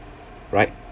right